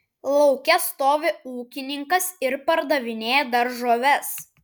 lauke stovi ūkininkas ir pardavinėja daržoves